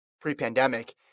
pre-pandemic